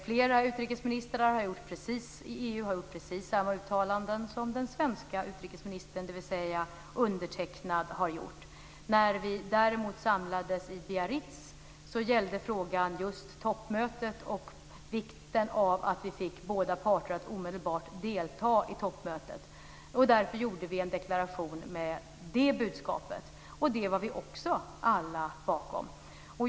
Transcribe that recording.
Flera utrikesministrar i EU har gjort precis samma uttalanden som den svenska utrikesministern, dvs. undertecknad, har gjort. När vi däremot samlades i Biarritz gällde frågan just toppmötet och vikten av att vi fick båda parter att omedelbart delta i toppmötet. Därför gjorde vi en deklaration med det budskapet. Det stod vi också alla bakom.